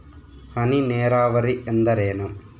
ಹನಿ ನೇರಾವರಿ ಎಂದರೇನು?